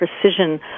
precision